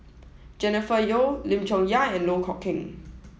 Jennifer Yeo Lim Chong Yah and Loh Kok Heng